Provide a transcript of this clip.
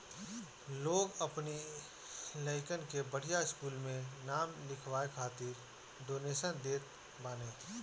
लोग अपनी लइकन के बढ़िया स्कूल में नाम लिखवाए खातिर डोनेशन देत बाने